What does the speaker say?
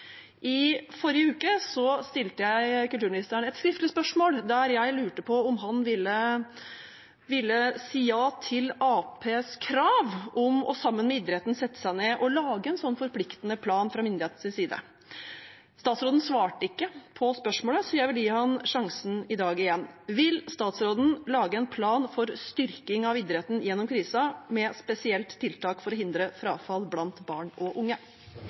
I forrige uke stilte jeg kulturministeren et skriftlig spørsmål der jeg lurte på om han ville si ja til Arbeiderpartiets krav om sammen med idretten å sette seg ned og lage en slik forpliktende plan fra myndighetenes side. Statsråden svarte ikke på spørsmålet, så jeg vil gi ham sjansen igjen her i dag: Vil statsråden lage en plan for styrking av idretten gjennom krisen, spesielt med tiltak for å hindre frafall blant barn og unge?